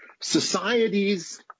Societies